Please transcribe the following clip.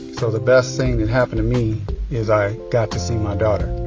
so the best thing that happened to me is i got to see my daughter